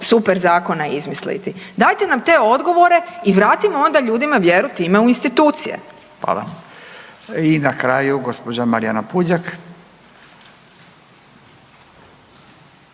super zakona izmisliti. Dajte nam te odgovore i vratimo onda ljudima vjeru time u institucije. **Radin, Furio (Nezavisni)** Hvala.